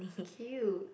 cute